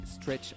Stretch